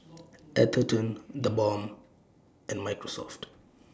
Atherton TheBalm and Microsoft